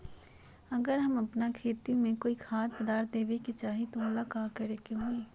अगर हम अपना खेती में कोइ खाद्य पदार्थ देबे के चाही त वो ला का करे के होई?